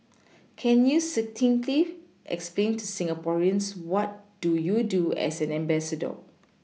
can you succinctly explain to Singaporeans what do you do as an ambassador